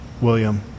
William